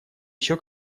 еще